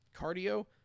cardio